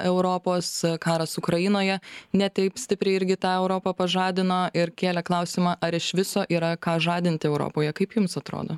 europos karas ukrainoje ne taip stipriai irgi tą europą pažadino ir kėlė klausimą ar iš viso yra ką žadinti europoje kaip jums atrodo